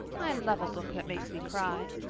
i love a book that makes me cry.